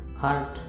heart